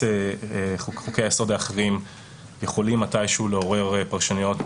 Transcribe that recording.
חוקי-היסוד האחרים יכולים מתישהו לעורר פרשנויות